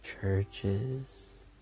Churches